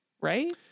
right